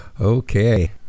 Okay